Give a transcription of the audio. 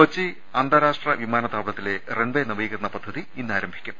കൊച്ചി അന്താരാഷ്ട്ര വിമാനത്താവളത്തിലെ റൺവെ നവീക രണ പദ്ധതി ഇന്നാരംഭിക്കും